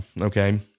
okay